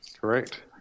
Correct